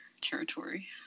territory